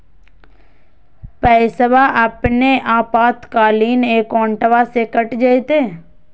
पैस्वा अपने आपातकालीन अकाउंटबा से कट जयते?